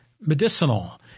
medicinal